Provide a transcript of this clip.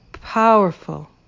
powerful